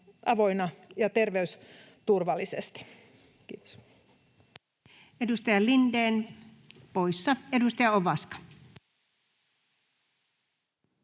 avoinna ja terveysturvallisesti. — Kiitos. Edustaja Lindén poissa. — Edustaja Ovaska.